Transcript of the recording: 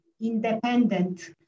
independent